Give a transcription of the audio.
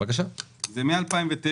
זה מ-2009.